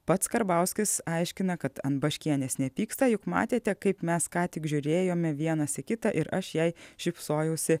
pats karbauskis aiškina kad ant baškienės nepyksta juk matėte kaip mes ką tik žiūrėjome vienas į kitą ir aš jai šypsojausi